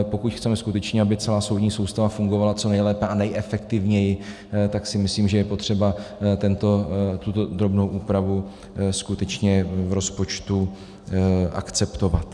Pokud chceme skutečně, aby celá soudní soustava fungovala co nejlépe, nejefektivněji, tak si myslím, že je potřeba tuto drobnou úpravu skutečně v rozpočtu akceptovat.